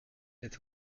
est